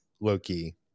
Loki